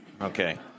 Okay